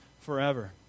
forever